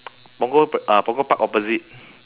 punggol p~ uh punggol park opposite